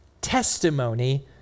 testimony